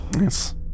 yes